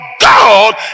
God